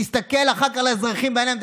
תסתכל אחר כך לאזרחים בעיניים,